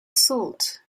salt